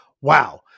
Wow